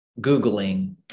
Googling